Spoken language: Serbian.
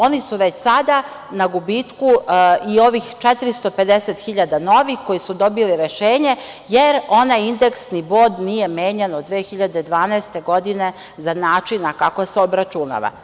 Oni su već sada na gubitku i ovih 450.000 novih, koji su dobili rešenje, jer onaj indeksni bod nije menjan od 2012. godine za način kako se obračunava.